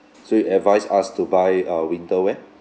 so you advise us to buy uh winter wear